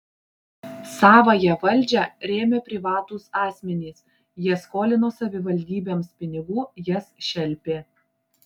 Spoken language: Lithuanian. savąją valdžią rėmė privatūs asmenys jie skolino savivaldybėms pinigų jas šelpė